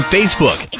Facebook